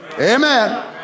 Amen